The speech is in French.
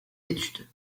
études